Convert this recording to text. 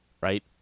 right